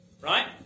Right